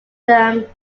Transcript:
them